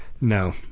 no